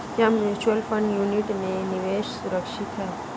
क्या mutual fund unit में निवेश सुरक्षित है?